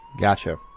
Gotcha